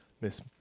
Miss